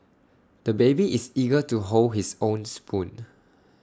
the baby is eager to hold his own spoon